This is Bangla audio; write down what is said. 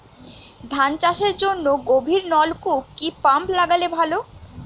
ধান চাষের জন্য গভিরনলকুপ কি পাম্প লাগালে ভালো?